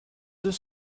deux